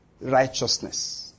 Righteousness